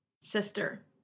sister